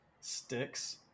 sticks